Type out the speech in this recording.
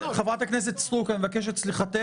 חברת הכנסת סטרוק, בבקשה.